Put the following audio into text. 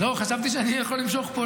חשבתי שאני יכול למשוך פה,